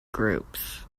groups